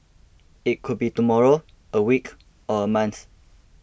it could be tomorrow a week or a month